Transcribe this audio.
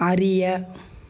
அறிய